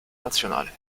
nazionale